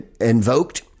invoked